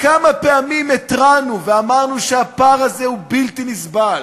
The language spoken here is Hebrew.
כמה פעמים התרענו ואמרנו שהפער הזה הוא בלתי נסבל,